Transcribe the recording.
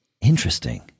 Interesting